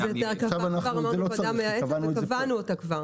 אז הפכנו את זה לוועדה מייעצת, וקבענו אותה כבר.